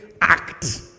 act